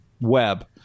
web